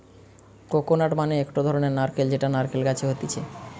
coconut মানে একটো ধরণের নারকেল যেটা নারকেল গাছে হতিছে